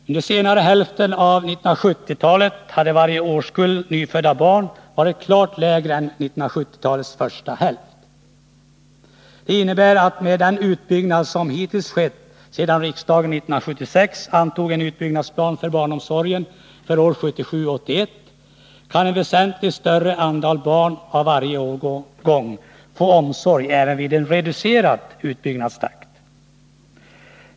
Under senare hälften av 1970-talet har varje årskull nyfödda barn varit klart mindre än under 1970-talets första hälft. Det innebär att med den utbyggnad som hittills skett sedan riksdagen år 1976 antog en utbyggnadsplan för barnomsorgen för åren 1977-1981 kan en väsentligt större andel barn av varje årgång få omsorg även vid en reducerad utbyggnadstakt.